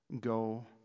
Go